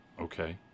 Okay